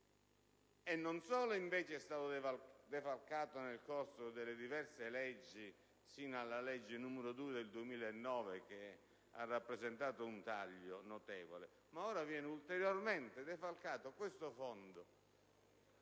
non solo, invece, è stato defalcato nel corso delle diverse leggi, sino alla legge n. 2 del 2009, che ha rappresentato un taglio notevole, ma ora questa risorsa viene ulteriormente defalcata, perché un